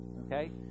okay